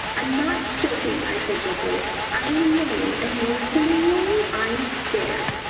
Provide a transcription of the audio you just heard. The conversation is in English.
i'm not joking, i said jerkily i am lonely. and worse than being lonely, i'm scared.